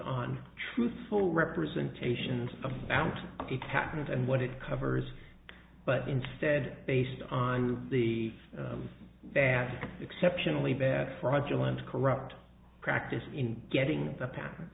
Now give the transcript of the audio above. on truthful representations of how it happened and what it covers but instead based on the bad exceptionally bad fraudulent corrupt practice in getting th